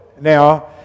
now